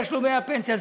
תשלומי הפנסיה,